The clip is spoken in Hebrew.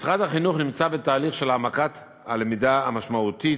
משרד החינוך נמצא בתהליך של העמקת הלמידה המשמעותית,